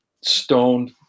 stoned